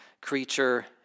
creature